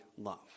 love